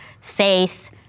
faith